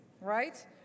right